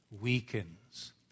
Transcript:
weakens